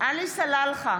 עלי סלאלחה,